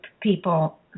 people